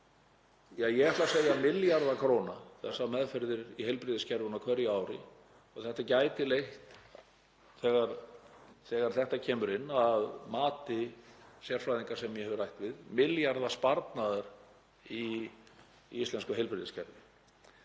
ég ætla að segja milljarða króna, þessar meðferðir í heilbrigðiskerfinu á hverju ári og þetta gæti leitt til, þegar þetta kemur inn að mati sérfræðinga sem ég hef rætt við, milljarða sparnaðar í íslensku heilbrigðiskerfi.